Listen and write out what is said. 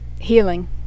healing